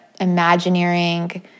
imagineering